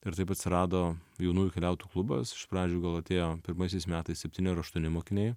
ir taip atsirado jaunųjų keliautojų klubas iš pradžių gal atėjo pirmaisiais metais septyni ar aštuoni mokiniai